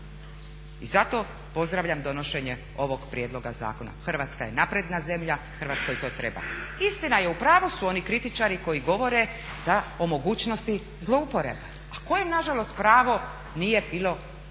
I zato pozdravljam donošenje ovog prijedloga zakona. Hrvatska je napredna zemlje Hrvatskoj to treba. Istina je u pravu su oni kritičari koji govore o mogućnosti zlouporabe. A koje nažalost pravo nije bilo